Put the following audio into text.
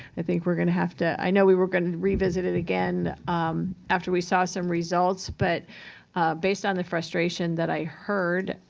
i think we're going to have to i know we were going to revisit it again after we saw some results. but based on the frustration that i heard,